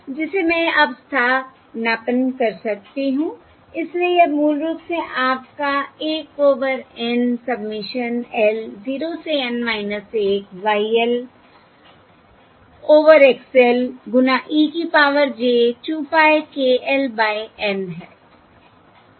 जिसे मैं अब स्थानापन्न कर सकती हूं इसलिए यह मूल रूप से आपका 1 ओवर N सबमिशन l 0 से N 1 Y l over X l गुना e की power j 2 pie k l by N है